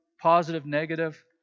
positive-negative